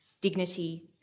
dignity